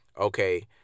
okay